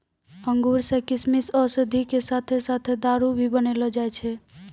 अंगूर सॅ किशमिश, औषधि के साथॅ साथॅ दारू भी बनैलो जाय छै